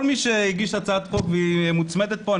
כל מי שהגיש הצעת חוק והיא מוצמדת פה,